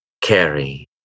carry